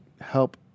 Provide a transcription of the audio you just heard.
help